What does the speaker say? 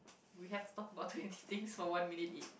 we have to talk about twenty things for one minute each